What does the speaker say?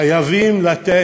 חייבים לתת.